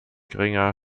geringer